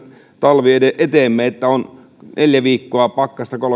talvi eteemme että on neljä viikkoa pakkasta kolmekymmentä